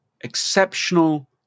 exceptional